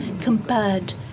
compared